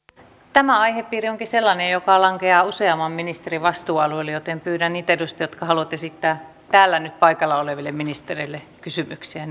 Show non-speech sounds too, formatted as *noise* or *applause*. tämä aihepiiri onkin sellainen joka lankeaa useamman ministerin vastuualueelle joten pyydän niitä edustajia jotka haluavat esittää täällä nyt paikalla oleville ministereille kysymyksiä *unintelligible*